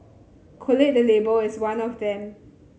collate the Label is one of them